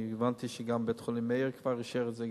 אני הבנתי שגם בית-החולים "מאיר" כבר אישר את זה.